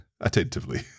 attentively